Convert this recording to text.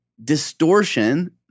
Distortion